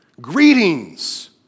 Greetings